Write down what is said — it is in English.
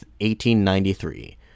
1893